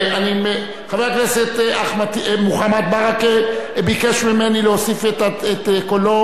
חבר הכנסת מוחמד ברכה ביקש ממני להוסיף את קולו,